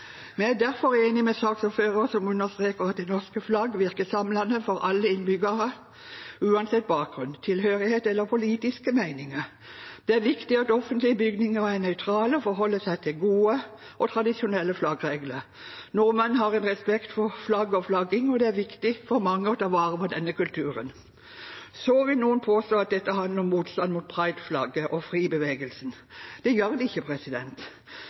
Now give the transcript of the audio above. Vi er derfor enig med saksordføreren, som understreker at det norske flagg virker samlende for alle innbyggere uansett bakgrunn, tilhørighet eller politiske meninger. Det er viktig at offentlige bygninger er nøytrale og forholder seg til gode og tradisjonelle flaggregler. Nordmenn har en respekt for flagg og flagging, og det er viktig for mange å ta vare på denne kulturen. Så vil noen påstå at dette handler om motstand mot pride-flagget og FRI-bevegelsen. Det gjør det ikke.